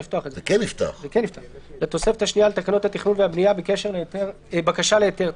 - לתקנות התכנון והבנייה (בקשה להיתר,